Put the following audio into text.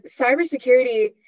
cybersecurity